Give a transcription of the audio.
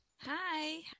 Hi